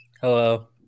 Hello